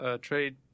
trade